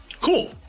cool